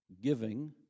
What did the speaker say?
giving